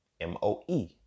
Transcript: M-O-E